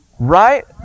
right